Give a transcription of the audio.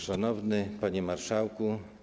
Szanowny Panie Marszałku!